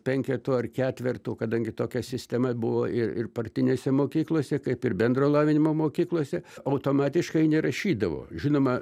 penketu ar ketvertu kadangi tokia sistema buvo ir ir partinėse mokyklose kaip ir bendro lavinimo mokyklose automatiškai nerašydavo žinoma